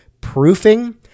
proofing